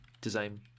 design